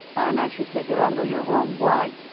and, ah, she said, gerardo, you're wrong. why?